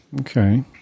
okay